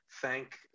thank